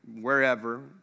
wherever